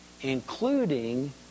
including